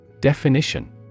Definition